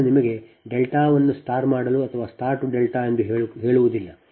ನಾನು ನಿಮಗೆ ಡೆಲ್ಟಾವನ್ನು ಸ್ಟಾರ್ ಮಾಡಲು ಅಥವಾ ಸ್ಟಾರ್ ಟು ಡೆಲ್ಟಾ ಎಂದು ಹೇಳುವುದಿಲ್ಲ